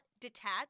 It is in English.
detach